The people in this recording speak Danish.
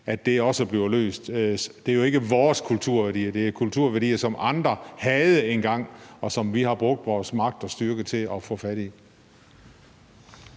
at det også bliver løst. Det er jo ikke vores kulturværdier; det er jo kulturværdier, som andre havde engang, og som vi har brugt vores magt og styrke til at få fat i.